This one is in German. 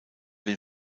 den